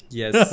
yes